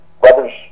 brother's